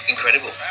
Incredible